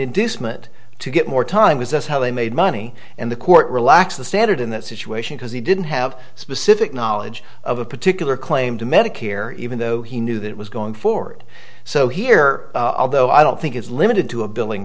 inducement to get more time with us how they made money and the court relaxed the standard in that situation because he didn't have specific knowledge of a particular claim to medicare even though he knew that it was going forward so here although i don't think it's limited to a billing